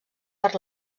per